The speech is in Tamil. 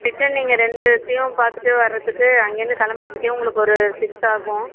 ரிட்டன் நீங்கள் ரெண்டுத்தையும் பார்த்துட்டு வரதுக்கு அங்கிருந்து கிளம்புறதுக்கே உங்களுக்கு ஒரு சிக்ஸ் ஆகும்